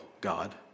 God